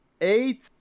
Eight